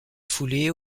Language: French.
foulée